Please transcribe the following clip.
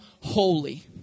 holy